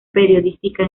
periodística